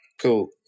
cool